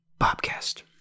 Bobcast